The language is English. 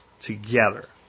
together